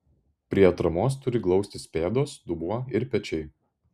prie atramos turi glaustis pėdos dubuo ir pečiai